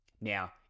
Now